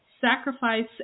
sacrifice